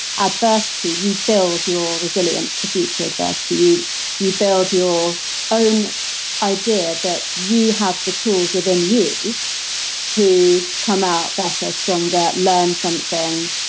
adversity, you build your resilience to future adversity. you you build your own idea that you have the tools within you to come out better, stronger, learn something.